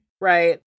Right